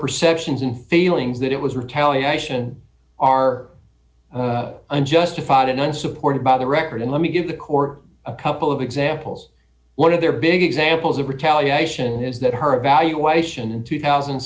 perceptions and feelings that it was retaliation are unjustified and unsupported by the record and let me give the corps a couple of examples one of their big examples of retaliation is that her evaluation in two thousand